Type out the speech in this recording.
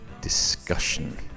discussion